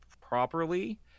properly